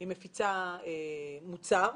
מוצר,